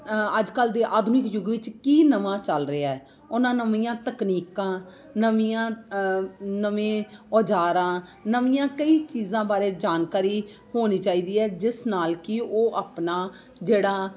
ਅੱਜ ਕੱਲ੍ਹ ਦੇ ਆਧੁਨਿਕ ਯੁੱਗ ਵਿੱਚ ਕੀ ਨਵਾਂ ਚੱਲ ਰਿਹਾ ਉਹਨਾਂ ਨਵੀਆਂ ਤਕਨੀਕਾਂ ਨਵੀਆਂ ਨਵੇਂ ਔਜ਼ਾਰਾਂ ਨਵੀਆਂ ਕਈ ਚੀਜ਼ਾਂ ਬਾਰੇ ਜਾਣਕਾਰੀ ਹੋਣੀ ਚਾਹੀਦੀ ਹੈ ਜਿਸ ਨਾਲ ਕਿ ਉਹ ਆਪਣਾ ਜਿਹੜਾ